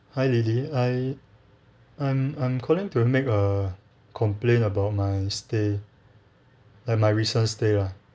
hi lily I I'm I'm calling to make a complain about my stay eh my recent stay lah